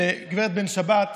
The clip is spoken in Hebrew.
לגב' בן שבת,